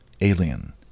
Alien